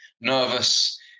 nervous